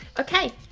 okay!